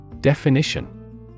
Definition